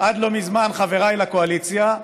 עד לא מזמן חבריי לקואליציה,